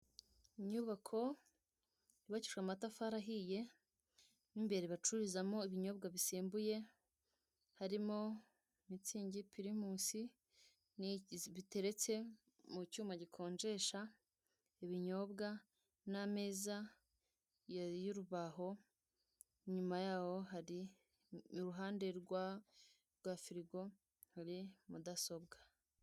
Inyubako yubakishijwe amatafari ahiye mu imbere bacururizamo ibinyobwa bisembuye harimo mitsingi, pirimusi biteretse mu cyuma gikonjesha ibinyobwa n'ameza y'urubaho inyuma yaho hari iruhande rwa firigo hari mudasobwa.